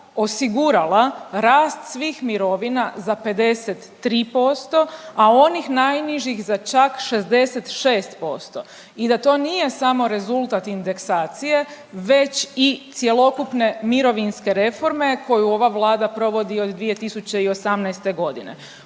osigurala rast svih mirovina za 53%, a onih najnižih za čak 66% i da to nije samo rezultat indeksacije već i cjelokupne mirovinske reforme koju ova Vlada provodi od 2018.g..